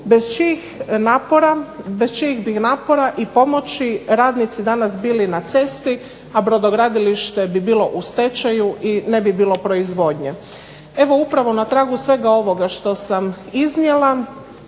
bez čijeg bi napora i pomoći radnici danas bili na cesti a brodogradilište bi bilo u stečaju i ne bi bilo proizvodnje. Evo upravo na pragu svega ovoga što sam iznijela